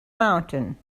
mountain